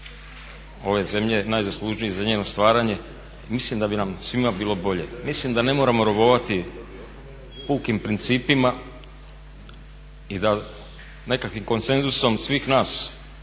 ove zemlje, najzaslužniji za njeno stvaranje, mislim da bi nam svima bilo bolje. Mislim da ne moramo robovati pukim principima i da nekakvim konsenzusom svih nas